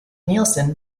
nielsen